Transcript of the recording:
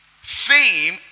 Fame